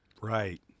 Right